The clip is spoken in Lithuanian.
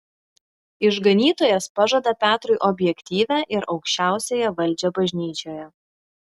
išganytojas pažada petrui objektyvią ir aukščiausiąją valdžią bažnyčioje